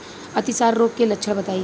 अतिसार रोग के लक्षण बताई?